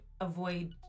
avoid